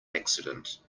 accident